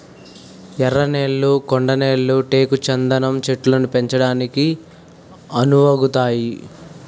ఎర్ర నేళ్లు కొండ నేళ్లు టేకు చందనం చెట్లను పెంచడానికి అనువుగుంతాయి